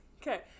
Okay